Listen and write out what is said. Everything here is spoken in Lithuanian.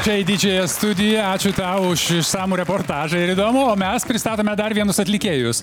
čia į didžiąją studiją ačiū tau už išsamų reportažą ir įdomų o mes pristatome dar vienus atlikėjus